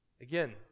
again